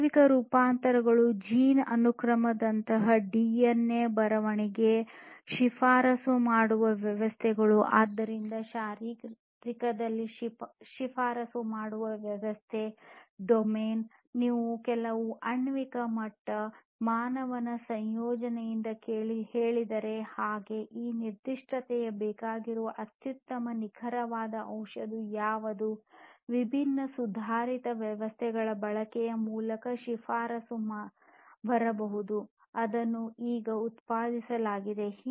ಜೈವಿಕ ರೂಪಾಂತರಗಳು ಜೀನ್ ಅನುಕ್ರಮದಂತಹ ಡಿಎನ್ಎ ಬರವಣಿಗೆ ಶಿಫಾರಸು ಮಾಡುವ ವ್ಯವಸ್ಥೆಗಳು ಆದ್ದರಿಂದ ಶಾರೀರಿಕದಲ್ಲಿ ಶಿಫಾರಸು ಮಾಡುವ ವ್ಯವಸ್ಥೆ ಡೊಮೇನ್ ನೀವು ಕೆಲವು ಆಣ್ವಿಕ ಮಟ್ಟ ಮಾನವನ ಸಂಯೋಜನೆಯನ್ನು ಹೇಳಿದರೆ ಹಾಗೆ ಆ ನಿರ್ದಿಷ್ಟತೆಗೆ ನೀಡಬೇಕಾದ ಅತ್ಯುತ್ತಮ ನಿಖರವಾದ ಔಷಧ ಯಾವುದು ವಿಭಿನ್ನ ಸುಧಾರಿತ ವ್ಯವಸ್ಥೆಗಳ ಬಳಕೆಯ ಮೂಲಕ ಶಿಫಾರಸು ಬರಬಹುದು ಅದನ್ನು ಈಗ ಉತ್ಪಾದಿಸಲಾಗಿದೆ